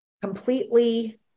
completely